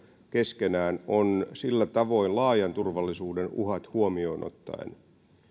keskenään on sellaista sillä tavoin laajan turvallisuuden uhat huomioon ottaen